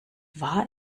war